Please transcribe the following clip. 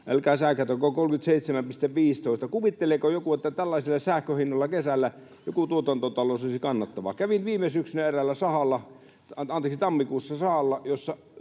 älkää säikähtäkö — 37,15. Kuvitteleeko joku, että tällaisilla sähkön hinnoilla kesällä joku tuotantotalous olisi kannattavaa? Kävin tammikuussa eräällä sahalla, jossa sahanjohtaja